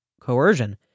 coercion